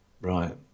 right